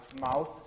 mouth